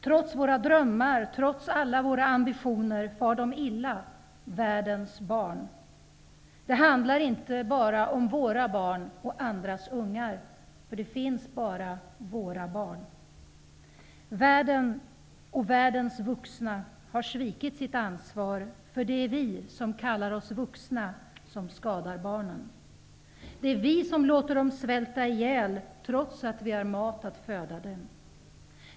Trots våra drömmar, trots alla våra ambitioner far de illa, världens barn. Det handlar inte bara om våra barn och andras ungar, för det finns bara våra barn. Världen och världens vuxna har svikit sitt ansvar, för det är vi som kallar oss vuxna som skadar barnen. Det är vi som låter dem svälta ihjäl, trots att vi har mat att föda dem.